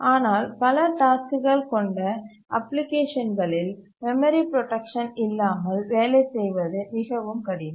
ஆனால் பல டாஸ்க்குகள் கொண்ட அப்ளிகேஷன்களில் மெமரி புரோடக்சன் இல்லாமல் வேலை செய்வது மிகவும் கடினம்